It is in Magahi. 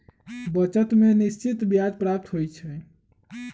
बचत में निश्चित ब्याज प्राप्त होइ छइ